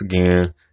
again